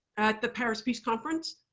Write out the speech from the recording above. at the paris peace conference,